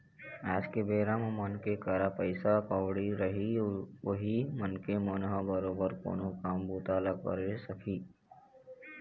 आज के बेरा म मनखे करा पइसा कउड़ी रही उहीं मनखे मन ह बरोबर कोनो काम बूता ल करे सकही